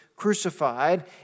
crucified